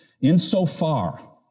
Insofar